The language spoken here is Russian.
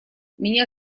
меня